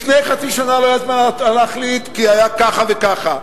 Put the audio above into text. לפני חצי שנה לא היה זמן להחליט, כי היה ככה וככה.